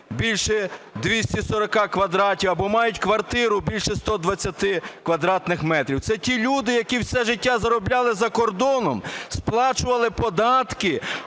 більше 240 квадратів або мають квартиру більше 120 квадратних метрів. Це ті люди, які все життя заробляли за кордоном, сплачували податки,